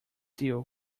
deal